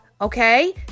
Okay